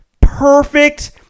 perfect